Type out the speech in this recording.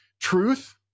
truth